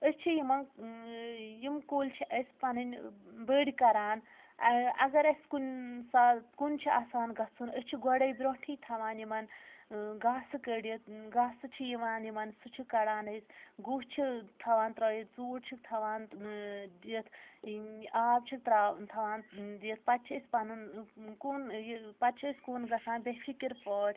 أسۍ چھِ یِمن ٲں یِم کُلۍ چھِ اسہِ پَنٕنۍ بٔڑۍ کَران ٲں اَگر اسہِ کُنہِ ساتہٕ کُن چھُ آسان گژھُن أسۍ چھِ گۄڈٔے برٛونٛٹھٕے تھاوان یِمَن ٲں گاسہٕ کٔڑِتھ ٲں گاسہٕ چھُ یِوان یِمن سُہ چھِ کَڑان أسۍ گوہ چھِ تھاوان ترٛٲیِتھ ژوٗڈ چھِکھ تھاوان ٲں دِتھ ٲں آب چھِکھ ترٛا تھاوان دِتھ پَتہٕ چھِ أسۍ پَنُن کُن یہِ پَتہٕ چھِ أسۍ کُن گژھان بےٚ فکر پٲٹھۍ